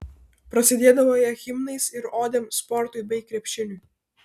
prasidėdavo jie himnais ir odėm sportui bei krepšiniui